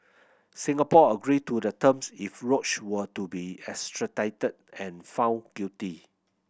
Singapore agreed to the terms if Roach were to be extradited and found guilty